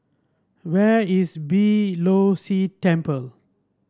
where is Beeh Low See Temple